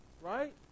right